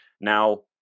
Now